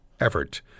effort